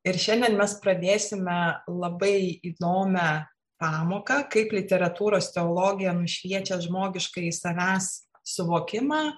ir šiandien mes pradėsime labai įdomią pamoką kaip literatūros teologija nušviečia žmogiškąjį savęs suvokimą